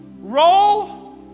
roll